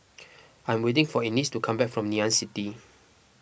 I am waiting for Ennis to come back from Ngee Ann City